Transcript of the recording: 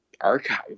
archive